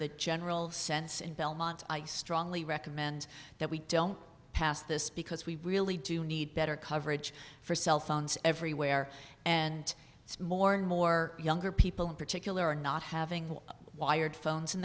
the general sense and belmont i strongly recommend that we don't pass this because we really do need better coverage for cell phones everywhere and it's more and more younger people in particular are not having wired phones in